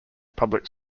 public